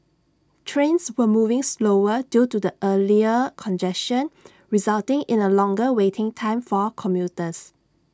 trains were moving slower due to the earlier congestion resulting in A longer waiting time for commuters